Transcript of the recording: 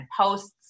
posts